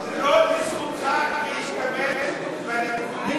לא לזכותך להשתמש בנתונים האלה,